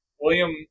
William